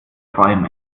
qualm